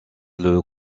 des